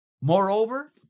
Moreover